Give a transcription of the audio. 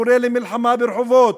קורא למלחמה ברחובות.